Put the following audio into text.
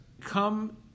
come